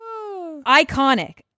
Iconic